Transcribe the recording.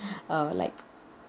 err like